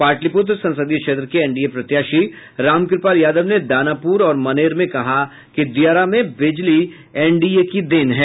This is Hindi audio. पाटलिपुत्र संसदीय क्षेत्र के एनडीए प्रत्याशी रामकृपाल यादव ने दानापुर और मनेर में कहा कि दियारा में बिजली एनडीए की देन है